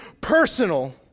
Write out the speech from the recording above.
personal